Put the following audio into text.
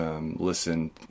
Listen